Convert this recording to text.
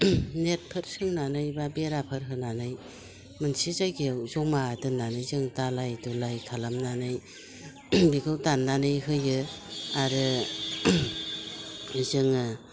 नेटफोर सोंनानै बा बेराफोर होनानै मोनसे जायगायाव जमा दोननानै जों दालाइ दुलाइ खालामनानै बेखौ दाननानै होयो आरो जोङो